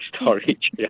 storage